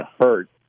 hurt